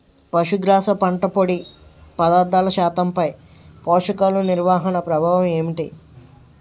పశుగ్రాస పంట పొడి పదార్థాల శాతంపై పోషకాలు నిర్వహణ ప్రభావం ఏమిటి?